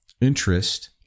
interest